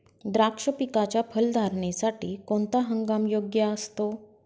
द्राक्ष पिकाच्या फलधारणेसाठी कोणता हंगाम योग्य असतो?